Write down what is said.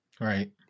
Right